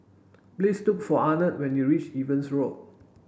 please look for Arnett when you reach Evans Road